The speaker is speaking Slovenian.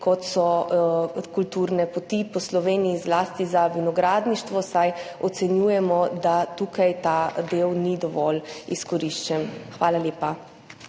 kot so kulturne poti po Sloveniji, zlasti za vinogradništvo, saj ocenjujemo, da tukaj ta del ni dovolj izkoriščen. Hvala lepa.